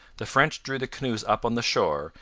the french drew the canoes up on the shore,